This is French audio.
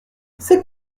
c’est